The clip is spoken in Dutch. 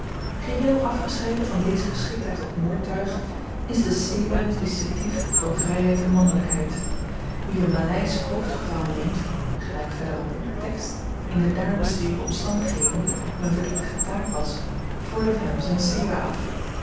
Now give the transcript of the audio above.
geheel afgescheiden van deze geschiktheid tot moordtuig is de sewah t distinktief van vryheid en mannelykheid wie n maleisch hoofd gevangen neemt gelyk verder op in den tekst in de daar beschreven omstandigheden m'n verdrietige taak was vordert hem z'n sewah af